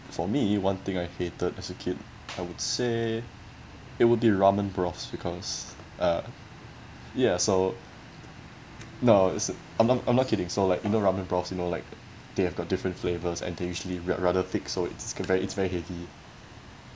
for me one thing I hated as a kid I would say it would be ramen broths because uh ya so no it's I'm not I'm not kidding so like you know ramen broths you know like they have got different flavours and they're usually rather rather thick so it's ver~ it's very heavy